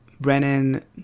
Brennan